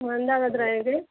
रहेंगे